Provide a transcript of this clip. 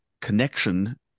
connection